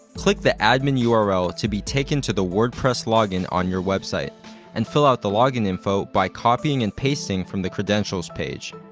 click the admin url to be taken to the wordpress login on your website and fill out the login info by copying and pasting from the credentials page.